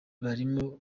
barimo